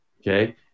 Okay